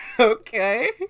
okay